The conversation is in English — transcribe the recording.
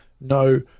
No